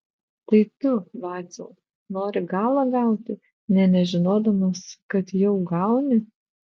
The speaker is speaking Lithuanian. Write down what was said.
tai tu vaciau nori galą gauti nė nežinodamas kad jau gauni